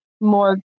more